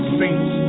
saints